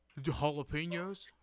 Jalapenos